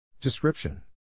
Description